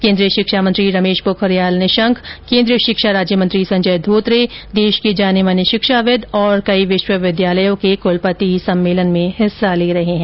केन्द्रीय शिक्षामंत्री रर्मेश पोखरियाल केन्द्रीय शिक्षा राज्य मंत्री संजय धोत्रे देश के जाने माने शिक्षाविद् और कई विश्वविद्यालयों के कुलपति इस सम्मेलन में हिस्सा ले रहे हैं